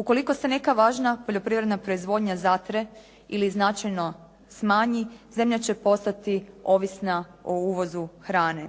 Ukoliko se neka važna poljoprivredna proizvodnja zatre ili značajno smanji zemlja postati ovisna o uvozu hrane.